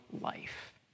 life